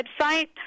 website